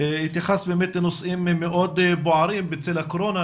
התייחסת באמת לנושאים מאוד בוערים בצל הקורונה,